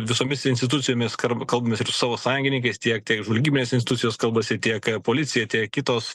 visomis institucijomis karb kalbamės ir savo sąjungininkais tiek tiek žvalgybinės institucijos kalbasi tiek policija tiek kitos